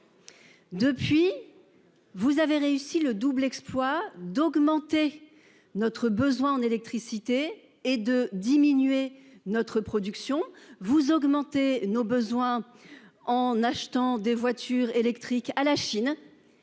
Depuis. Vous avez réussi le double exploit d'augmenter. Notre besoin en électricité est de diminuer notre production vous augmentez nos besoins. En achetant des voitures électriques à la Chine.